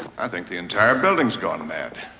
i think the entire building's gone mad.